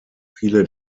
viele